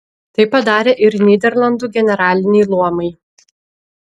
tai padarė ir nyderlandų generaliniai luomai